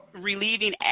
relieving